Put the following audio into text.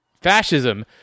Fascism